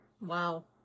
Wow